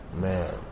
man